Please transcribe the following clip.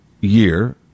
year